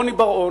רוני בר-און,